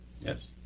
Yes